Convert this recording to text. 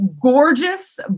gorgeous